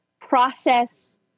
process